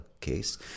case